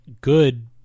good